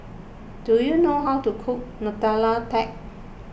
do you know how to cook Nutella Tart